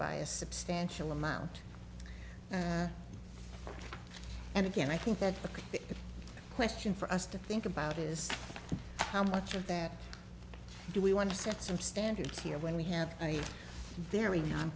by a substantial amount and again i think that the question for us to think about is how much of that do we want to set some standards here when we have a very non